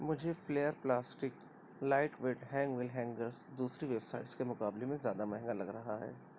مجھے flair plastics lightweight hang well hangers دوسری websites کے مقابلے میں زیادہ مہنگا لگ رہا ہے